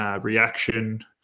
reaction